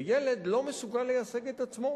וילד לא מסוגל לייצג את עצמו,